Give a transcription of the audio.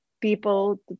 people